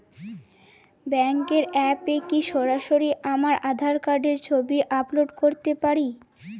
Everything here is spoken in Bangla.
ব্যাংকের অ্যাপ এ কি সরাসরি আমার আঁধার কার্ড র ছবি আপলোড করতে পারি?